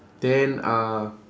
then uh